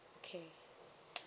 okay